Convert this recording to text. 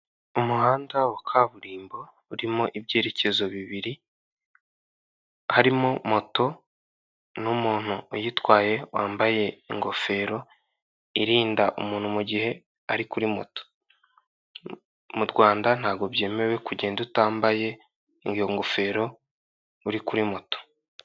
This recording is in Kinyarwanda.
Umuhanda wa kaburimbo urimo ibyerekezo bibiri harimo moto n'umuntu uyitwaye wambaye ingofero irinda umuntu mu gihe ari kuri moto. Mu Rwanda ntabwo byemewe kugenda utambaye iyo ngofero uri kuri moto.